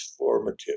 transformative